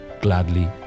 gladly